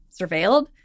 surveilled